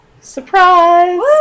Surprise